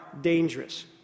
dangerous